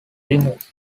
removed